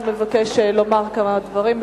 הוא מבקש לומר כמה דברים.